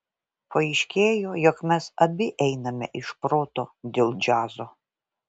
paaiškėjo jog mes abi einame iš proto dėl džiazo